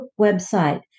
website